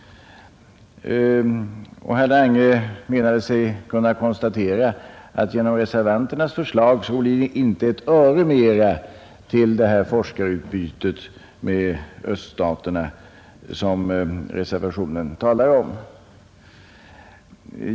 Och herr Lange menade sig kunna konstatera att det genom reservanternas förslag inte blev ett öre mera till det forskarutbyte med öststaterna som reservationen talar om.